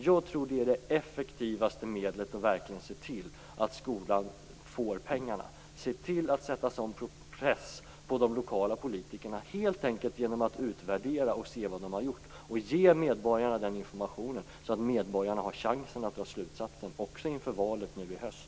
Jag tror att det är det effektivaste sättet att verkligen se till att skolan får pengarna, att se till att sätta sådan press på de lokala politikerna, helt enkelt genom att utvärdera och se vad de har gjort. Ge medborgarna den informationen, så att medborgarna har chansen att dra slutsatsen, också inför valet nu i höst!